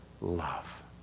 love